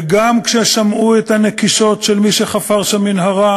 וגם כששמעו את הנקישות של מי שחפר שם מנהרה